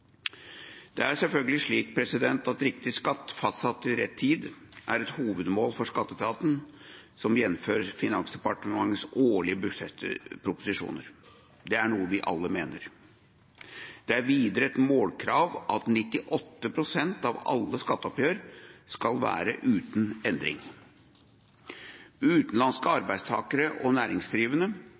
Det er selvfølgelig slik at riktig skatt fastsatt til rett tid er et hovedmål for skatteetaten, jf. Finansdepartementets årlige budsjettproposisjoner. Det er noe vi alle mener. Det er videre et målkrav at 98 pst. av alle skatteoppgjør skal være uten endring. Utenlandske arbeidstakere og næringsdrivende